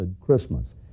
Christmas